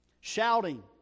Shouting